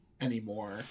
anymore